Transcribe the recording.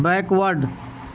backward